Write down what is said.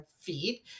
feed